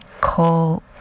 call